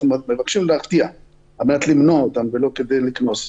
אנחנו מבקשים להרתיע על מנת למנוע אותם ולא כדי לקנוס.